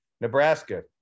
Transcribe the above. Nebraska